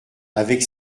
avec